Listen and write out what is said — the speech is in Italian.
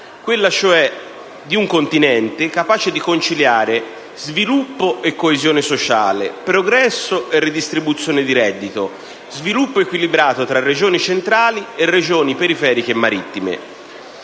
quella cioè di un Continente capace di conciliare sviluppo e coesione sociale, progresso e redistribuzione di reddito, sviluppo equilibrato tra regioni centrali e regioni periferiche e marittime.